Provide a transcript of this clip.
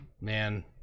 man